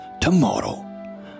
tomorrow